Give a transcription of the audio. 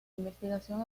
investigación